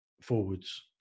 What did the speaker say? forwards